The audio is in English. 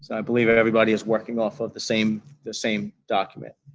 i believe everybody is working off off the same the same document.